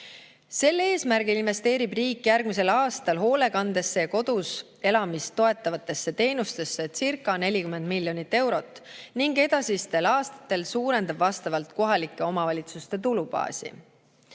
Sel eesmärgil investeerib riik järgmisel aastal hoolekandesse ja kodus elamist toetavatesse teenustessecirca40 miljonit eurot ning edasistel aastatel suurendab kohalike omavalitsuste tulubaasi.